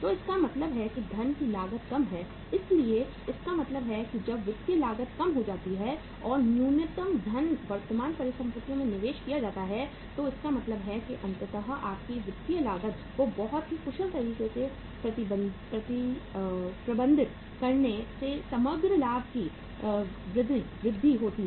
तो इसका मतलब है कि धन की लागत कम है इसलिए इसका मतलब है कि जब वित्तीय लागत कम हो जाती है और न्यूनतम धन वर्तमान परिसंपत्तियों में निवेश किया जाता है तो इसका मतलब है कि अंततः आपकी वित्तीय लागत को बहुत ही कुशल तरीके से प्रबंधित करने से समग्र लाभ में वृद्धि होती है